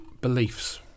beliefs